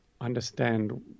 understand